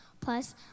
Plus